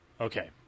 Okay